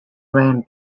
ran